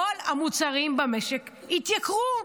כל המוצרים במשק התייקרו.